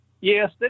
Yes